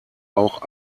auch